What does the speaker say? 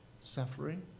Suffering